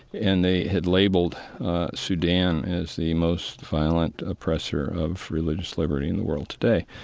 and they had labeled sudan as the most violent oppressor of religious liberty in the world today.